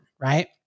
right